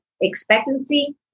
expectancy